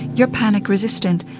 you're panic resistant,